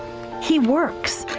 he works,